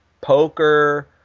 poker